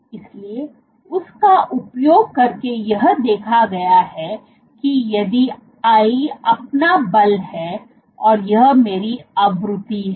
इसलिए इसका उपयोग करके यह देखा गया है कि यदि I अपना बल हैऔर यह मेरी आवृत्ति है